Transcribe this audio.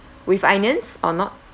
with onions or not